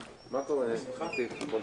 10:35.